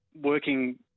working